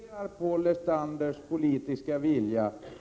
Fru talman! Jag respekterar Paul Lestanders politiska vilja.